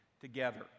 together